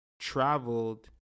traveled